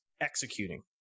executing